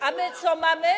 A my co mamy?